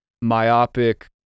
myopic